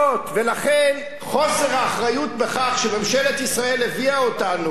חוסר האחריות בכך שממשלת ישראל הביאה אותנו למצב כזה